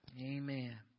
Amen